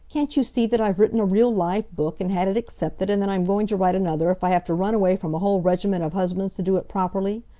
can't you see that i've written a real live book, and had it accepted, and that i am going to write another if i have to run away from a whole regiment of husbands to do it properly?